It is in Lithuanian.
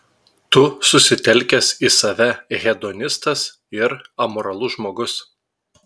tu susitelkęs į save hedonistas ir amoralus žmogus